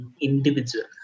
individual